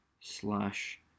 slash